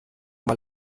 mal